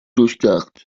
durchdacht